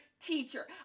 teacher